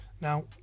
Now